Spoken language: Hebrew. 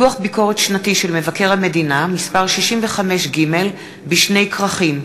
דוח ביקורת שנתי של מבקר המדינה 65ג בשני כרכים.